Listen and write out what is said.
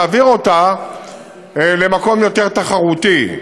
להעביר אותה למקום יותר תחרותי,